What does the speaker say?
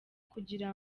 kugira